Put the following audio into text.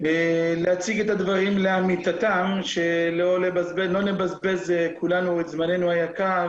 להציג את הדברים לאמיתתם שלא נבזבז כולנו את זמננו היקר